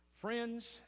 friends